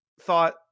thought